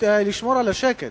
לשמור על השקט.